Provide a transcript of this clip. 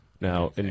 Now